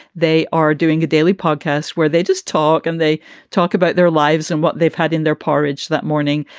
they are doing a daily podcast where they just talk and they talk about their lives and what they've had in their porridge that morning.